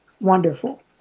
wonderful